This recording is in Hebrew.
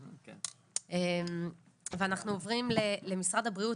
אנחנו עוברים למשרד הבריאות,